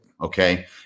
okay